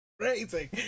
crazy